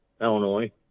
Illinois